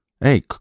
Hey